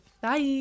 Bye